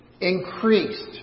increased